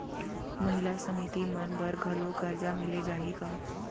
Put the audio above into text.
महिला समिति मन बर घलो करजा मिले जाही का?